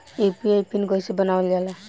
UPI PIN कइसे बनावल जाला?